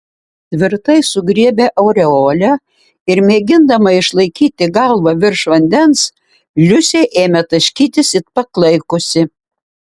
tvirtai sugriebė aureolę ir mėgindama išlaikyti galvą virš vandens liusė ėmė taškytis it paklaikusi